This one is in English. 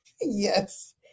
Yes